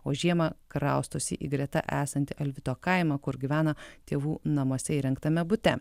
o žiemą kraustosi į greta esantį alvito kaimą kur gyvena tėvų namuose įrengtame bute